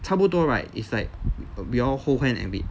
差不多 right it's like we all hold hand and wait